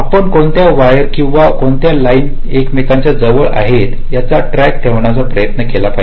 आपण कोणत्या वायर किंवा कोणत्या लाईन एकमेकांच्या जवळ आहेत याचा ट्रॅक ठेवण्याचा प्रयत्न केला पाहिजे